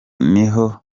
niho